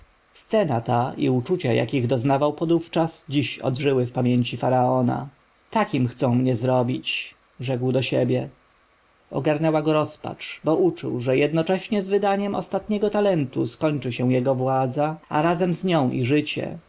scena ta i uczucia jakich doznał podówczas dziś odżyły w pamięci faraona takim chcą mnie zrobić rzekł do siebie ogarnęła go rozpacz bo uczuł że jednocześnie z wydaniem ostatniego talentu skończy się jego władza a razem z nią i życie